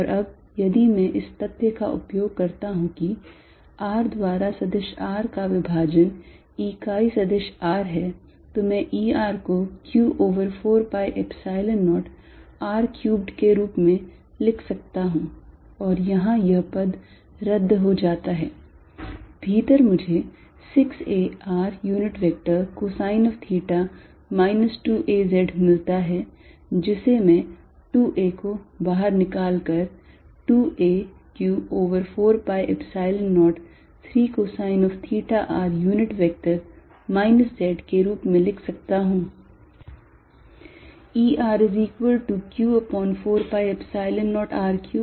और अब यदि मैं इस तथ्य का उपयोग करता हूं कि r द्वारा सदिश r का विभाजन इकाई सदिश r है तो मैं E r को q over 4 pi Epsilon 0 r cubed के रूप में लिख सकता हूं और यहां यह पद रद्द हो जाता है भीतर मुझे 6a r unit vector cosine of theta minus 2a z मिलता है जिसे मैं 2 a को बाहर निकाल कर 2 a q over 4 pi Epsilon 0 3 cosine of theta r unit vector minus z के रूप में लिख सकता हूँ